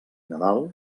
nadal